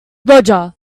roger